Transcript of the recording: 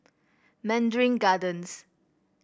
Mandarin Gardens